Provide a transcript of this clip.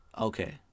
Okay